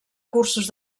cursos